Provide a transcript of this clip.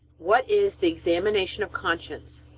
what is the examination of conscience?